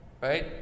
right